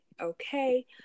Okay